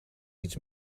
iets